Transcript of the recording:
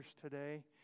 today